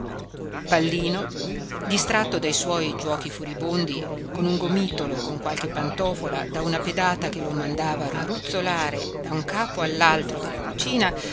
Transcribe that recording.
pallino distratto dai suoi giuochi furibondi con un gomitolo o con qualche pantofola da una pedata che lo mandava a ruzzolare da un capo all'altro della cucina